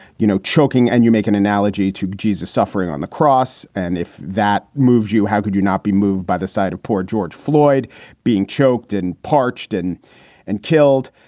you know, choking and you make an analogy to jesus suffering on the cross. and if that moves you, how could you not be moved by the side of poor george floyd being choked and parched and and killed?